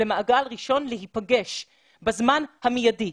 למעגן ראשון להיפגש בזמן המיידי.